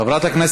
את השעון.